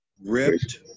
ripped